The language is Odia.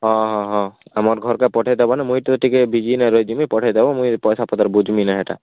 ହଁ ହଁ ହଁ ଆମର୍ ଘର୍କେ ପଠେଇ ଦେବ ନେ ମୁଇଁ ଫେର୍ ଟିକେ ବିଜି ନାଇଁ ରହିଯିବି ପଠେଇ ଦେବ ମୁଇଁ ପଇସା ପତର୍ ବୁଝ୍ମିନେ ହେଇଟା